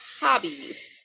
hobbies